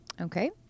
Okay